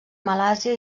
malàisia